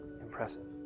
impressive